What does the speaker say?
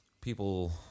people